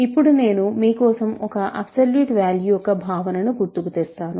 ఇప్పుడు నేను మీ కోసం ఒక అబ్సోల్యూట్ వాల్యు యొక్క భావనను గుర్తుకు తెస్తాను